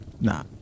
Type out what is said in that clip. Nah